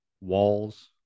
walls